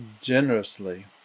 generously